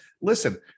Listen